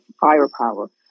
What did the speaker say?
firepower